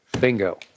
Bingo